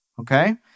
Okay